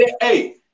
Hey